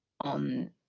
on